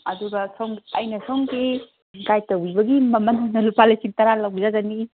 ꯑꯗꯨꯒ ꯁꯣꯝ ꯑꯩꯅ ꯁꯣꯝꯒꯤ ꯒꯥꯏꯠ ꯇꯧꯕꯤꯕꯒꯤ ꯃꯃꯟꯅ ꯂꯨꯄꯥ ꯂꯤꯁꯤꯡ ꯇꯔꯥ ꯂꯧꯖꯒꯅꯤ